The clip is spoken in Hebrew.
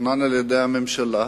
שתוכנן על-ידי הממשלה,